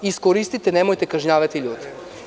Iskoristite to i nemojte kažnjavati ljude.